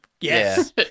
Yes